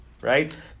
Right